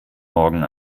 morgen